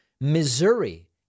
Missouri